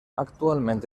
actualment